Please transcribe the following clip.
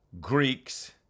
Greeks